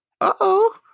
Uh-oh